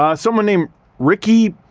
ah someone named rikki